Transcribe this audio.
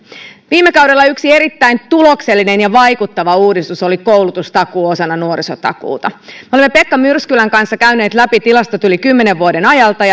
viime kaudella yksi erittäin tuloksellinen ja vaikuttava uudistus oli koulutustakuu osana nuorisotakuuta me olemme pekka myrskylän kanssa käyneet läpi tilastot yli kymmenen vuoden ajalta